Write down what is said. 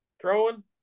throwing